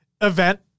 event